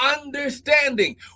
understanding